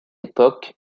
époque